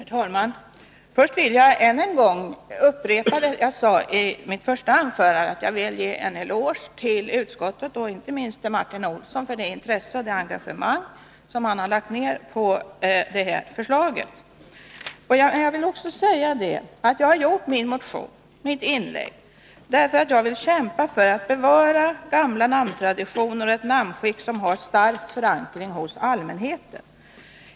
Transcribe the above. Herr talman! Först vill jag än en gång upprepa det jag sade i mitt första anförande, nämligen att jag vill ge utskottet och inte minst Martin Olsson en eloge för det intresse och engagemang som har lagts ner på förslaget. Men jag vill också säga att anledningen till att jag har väckt min motion är, vilket jag också framhöll i mitt tidigare inlägg, att jag vill kämpa för att bevara gamla namntraditioner och ett namnskick som har stark förankring hos allmänheten.